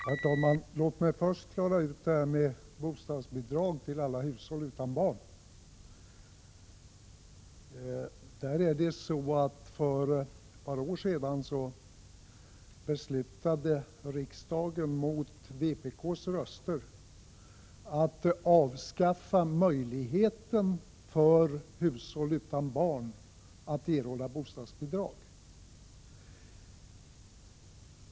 Herr talman! Låt mig först klara ut detta med bostadsbidrag till alla hushåll utan barn. För ett par år sedan beslutade riksdagen mot vpk:s röster att avskaffa möjligheten för hushåll utan barn att erhålla bostadsbidrag.